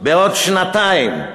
בעוד שנתיים?